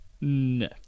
No